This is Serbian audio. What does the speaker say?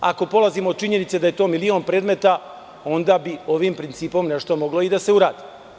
Ako polazimo od činjenice da je to milion predmeta, onda bi ovim principom nešto moglo i da se uradi.